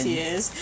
yes